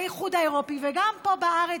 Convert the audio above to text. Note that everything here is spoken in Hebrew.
באיחוד האירופי וגם פה בארץ,